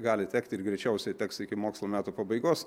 gali tekti ir greičiausiai teks iki mokslo metų pabaigos